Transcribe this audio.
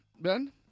Ben